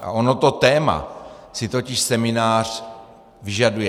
A ono si to téma totiž seminář vyžaduje.